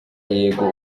yego